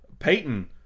Peyton